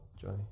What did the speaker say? Johnny